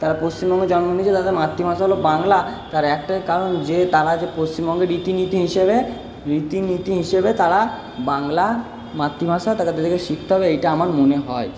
তারা পশ্চিমবঙ্গে জন্ম নিয়েছে তাদের মাতৃভাষা হল বাংলা তার একটাই কারণ যে তারা যে পশ্চিমবঙ্গের রীতিনীতি হিসাবে রীতিনীতি হিসাবে তারা বাংলা মাতৃভাষা তাদেরকে শিখতে হবে এইটা আমার মনে হয়